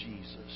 Jesus